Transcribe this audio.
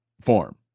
form